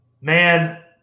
Man